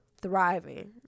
thriving